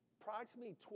approximately